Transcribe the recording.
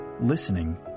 listening